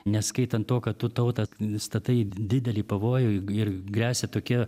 neskaitant to kad tu tautą statai į didelį pavojų ir gresia tokia